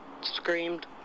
screamed